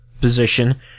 position